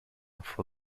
for